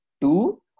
Two